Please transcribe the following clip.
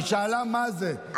היא שאלה מה זה.